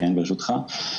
ברשותך.